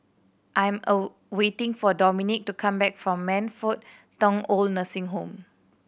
I'm a waiting for Dominick to come back from Man Fut Tong OId Nursing Home